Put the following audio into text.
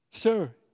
Sir